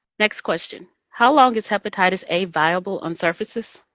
next question. how long is hepatitis a viable on surfaces?